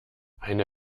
eine